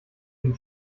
dem